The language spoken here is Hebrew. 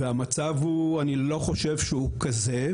והמצב הוא אני לא חושב שהוא כזה,